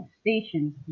stations